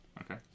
Okay